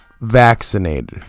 vaccinated